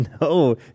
No